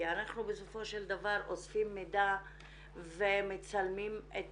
כי אנחנו בסופו של דבר אוספים מידע ומצלמים את